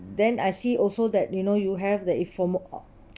then I see also that you know you have that it for mo~